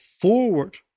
forward